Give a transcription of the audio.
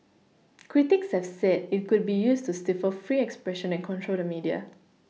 critics have said it could be used to stifle free expression and control the media